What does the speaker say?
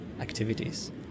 activities